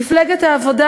מפלגת העבודה,